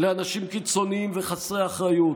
לאנשים קיצוניים וחסרי אחריות,